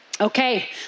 Okay